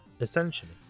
essentially